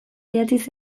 idatziz